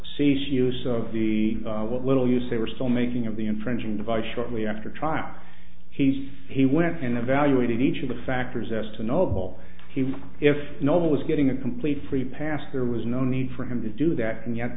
cease use of the what little use they were still making of the infringing device shortly after a trial he's he went and evaluated each of the factors as to novel he was if no one was getting a complete free pass there was no need for him to do that and yet